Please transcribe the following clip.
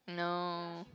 no